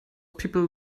people